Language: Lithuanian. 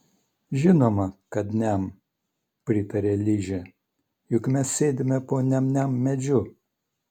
žinoma kad niam pritaria ližė juk mes sėdime po niam niam medžiu